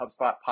HubSpot